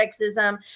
sexism